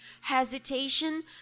hesitation